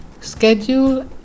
schedule